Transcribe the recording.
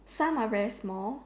some are very small